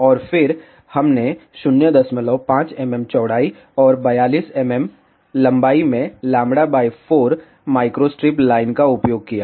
और फिर हमने 05 mm चौड़ाई और 42 mm लंबाई में λ 4 माइक्रोस्ट्रिप लाइन का उपयोग किया